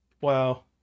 wow